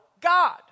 God